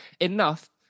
Enough